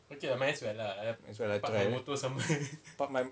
might as well park my